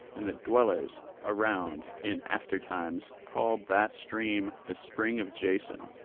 and the dwellers around in after times called that stream, the spring of jason.